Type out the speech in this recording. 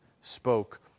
spoke